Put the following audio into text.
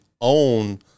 own